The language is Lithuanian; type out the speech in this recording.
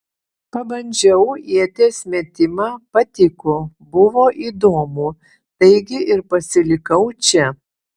pabandžiau ieties metimą patiko buvo įdomu taigi ir pasilikau čia